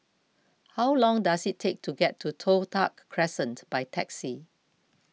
how long does it take to get to Toh Tuck Crescent by taxi